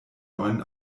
neuen